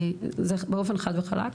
באופן חד וחלק.